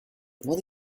what